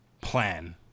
plan